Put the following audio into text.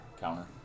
counter